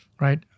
right